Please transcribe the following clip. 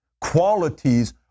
qualities